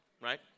right